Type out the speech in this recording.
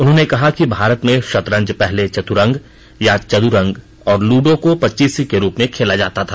उन्होंने कहा कि भारत में शतरंज पहले चतुरंग या चदुरंग और लूडो को पच्चीसी के रूप में खेला जाता था